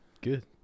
good